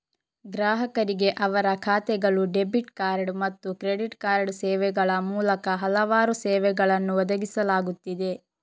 ಗ್ರಾಹಕರಿಗೆ ಅವರ ಖಾತೆಗಳು, ಡೆಬಿಟ್ ಕಾರ್ಡ್ ಮತ್ತು ಕ್ರೆಡಿಟ್ ಕಾರ್ಡ್ ಸೇವೆಗಳ ಮೂಲಕ ಹಲವಾರು ಸೇವೆಗಳನ್ನು ಒದಗಿಸಲಾಗುತ್ತಿದೆ